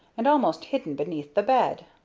and almost hidden beneath the bed.